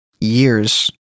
years